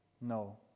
No